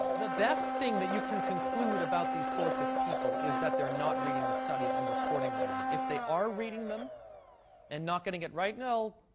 the best thing that you can conclude about these sorts of people is that they're not reading the studies and reporting on them. if they are reading them and not getting it right, no,